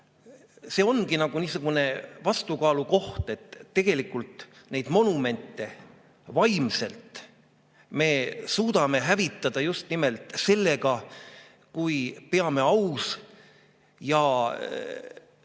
See ongi niisugune vastukaalu koht, et tegelikult neid monumente me vaimselt suudame hävitada just nimelt sellega, kui peame aus Eesti